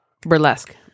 burlesque